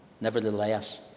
Nevertheless